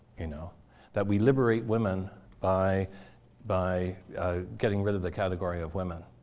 you know that we liberate women by by getting rid of the category of women.